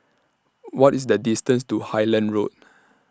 What IS The distance to Highland Road